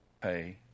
pay